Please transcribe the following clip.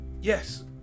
Yes